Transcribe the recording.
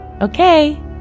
Okay